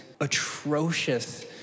atrocious